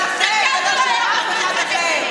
זאת הצביעות שלכם, שלכם ולא של אף אחר.